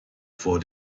vor